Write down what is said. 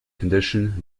condition